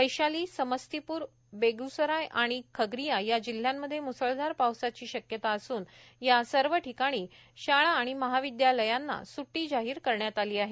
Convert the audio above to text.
वैशाली समस्तीपूर बेग्सराय आणि खगरीया या जिल्ह्यांमध्ये मुसळधार पावसाची शक्यता असून या सर्व ठिकाणी शाळा आणि महाविद्यालयांना सुटी जाहीर करण्यात आली आहे